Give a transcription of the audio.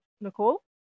Nicole